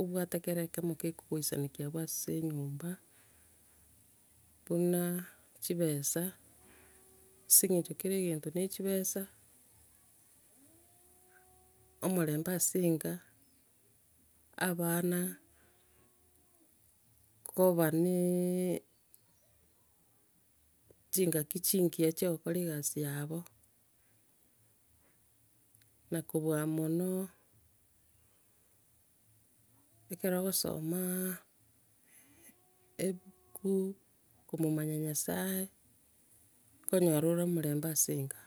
obwate kere ekemo kekogoisanekia abwo ase enyomba, buna chibesa, ase eng'encho kera egento ne echibesa, omorembe ase enka, abana, koba na chingaki chingiya chia ogokora egasi eyabo, na kobua mono, ekero ogosomaa, ebuku, komomanya nyasae, okonyora ore omorembe ase enka.